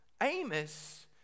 Amos